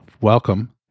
welcome